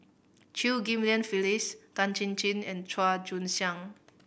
Chew Ghim Lian Phyllis Tan Chin Chin and Chua Joon Siang